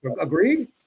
Agreed